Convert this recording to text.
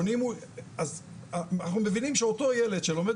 אז אנחנו מבינים שאותו ילד שלומד